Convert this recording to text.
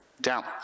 down